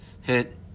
Hit